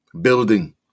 building